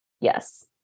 Yes